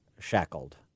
shackled